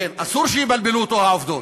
אסור שיבלבלו אותו העובדות.